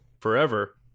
forever